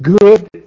good